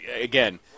again